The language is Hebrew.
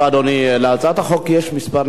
להצעת החוק יש כמה נרשמים,